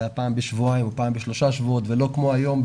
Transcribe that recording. זה היה פעם בשבועיים או פעם בשלושה שבועות ולא כמו היום,